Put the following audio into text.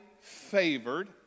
favored